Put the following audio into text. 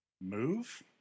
move